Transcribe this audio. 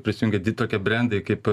prisijungia di tokie brendai kaip